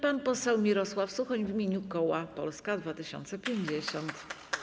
Pan poseł Mirosław Suchoń w imieniu koła Polska 2050.